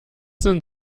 sind